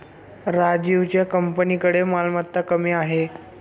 राजीवच्या कंपनीकडे मालमत्ता कमी आहे